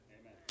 Amen